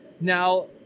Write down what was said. now